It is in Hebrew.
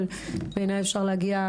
אבל בעיניי אפשר להגיע,